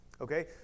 Okay